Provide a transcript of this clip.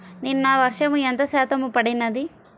నిన్న వర్షము ఎంత శాతము పడినది?